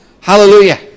Hallelujah